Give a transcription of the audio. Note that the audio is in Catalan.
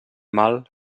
mal